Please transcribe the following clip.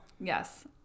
Yes